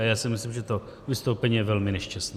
A já si myslím, že to vystoupení je velmi nešťastné.